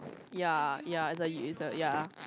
ya ya is the is a ya